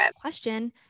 question